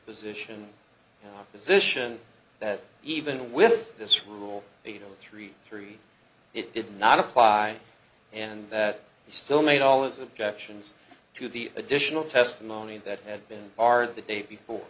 position position that even with this rule you know three three it did not apply and that he still made all his objections to the additional testimony that had been our of the day before